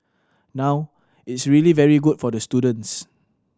now it's really very good for the students